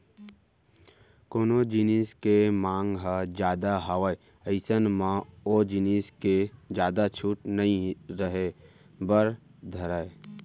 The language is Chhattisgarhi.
कोनो जिनिस के मांग ह जादा हावय अइसन म ओ जिनिस के जादा छूट नइ रहें बर धरय